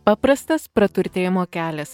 paprastas praturtėjimo kelias